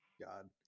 God